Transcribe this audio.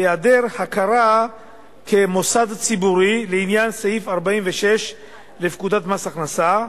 היעדר הכרה כ"מוסד ציבורי" לעניין סעיף 46 לפקודת מס הכנסה,